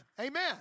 Amen